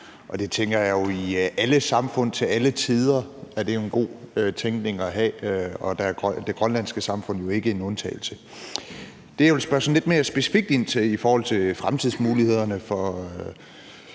Jeg tænker jo, at det i alle samfund til alle tider er en god tænkning at have, og der er det grønlandske samfund ikke en undtagelse. Det, jeg vil spørge sådan lidt mere specifikt ind til i forhold til fremtidsmulighederne for,